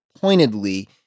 pointedly